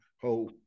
hope